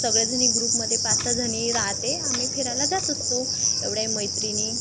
सगळ्याजणी ग्रुपमध्ये पाच सहा जणी राहाते आम्ही फिरायला जात असतो एवढ्या मैत्रिणी